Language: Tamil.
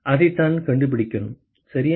அதைத்தான் கண்டுபிடிக்கணும் சரியா